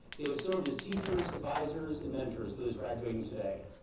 they have served as teachers, advisors, and mentors to those graduating today.